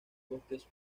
bosques